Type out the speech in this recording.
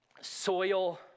soil